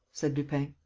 said lupin.